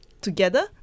together